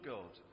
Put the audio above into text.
God